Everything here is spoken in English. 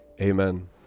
Amen